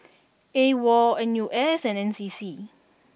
A W O L N U S and N C C